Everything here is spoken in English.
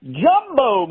jumbo